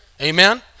Amen